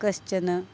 कश्चन